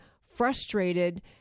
frustrated